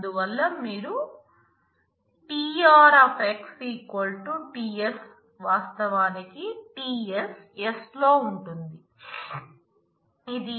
అందువల్ల మీరు tr X ts వాస్తవానికి ts s లో ఉంటుంది